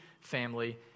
family